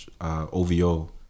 OVO